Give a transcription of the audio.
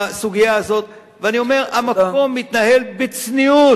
בסוגיה הזאת, ואני אומר: המקום מתנהל בצניעות.